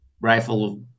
rifle